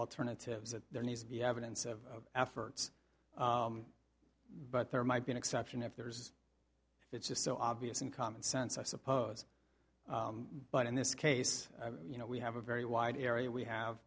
alternatives that there needs to be evidence of efforts but there might be an exception if there's if it's just so obvious and common sense i suppose but in this case you know we have a very wide area we have